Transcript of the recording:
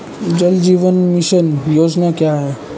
जल जीवन मिशन योजना क्या है?